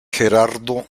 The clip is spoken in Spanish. gerardo